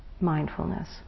mindfulness